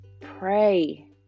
Pray